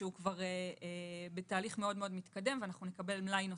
שהוא מאוד מתקדם, ונקבל מלאי נוסף,